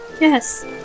yes